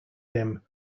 him